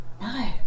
No